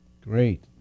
Great